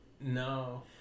No